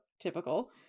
typical